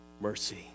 mercy